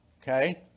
okay